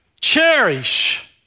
Cherish